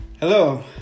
Hello